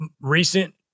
recent